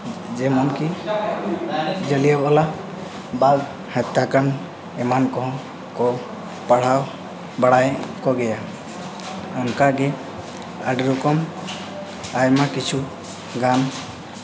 ᱡᱮᱢᱚᱱ ᱠᱤ ᱡᱟᱞᱤᱭᱟᱣᱟᱞᱟᱵᱟᱜᱽ ᱦᱚᱛᱛᱟᱠᱟᱱᱰ ᱮᱢᱟᱱ ᱠᱚᱦᱚᱸ ᱠᱚ ᱯᱟᱲᱦᱟᱣ ᱵᱟᱲᱟᱭ ᱠᱚᱜᱮᱭᱟ ᱚᱱᱠᱟᱜᱮ ᱟᱹᱰᱤ ᱨᱚᱠᱚᱢ ᱟᱭᱢᱟ ᱠᱤᱪᱷᱩ ᱜᱟᱱ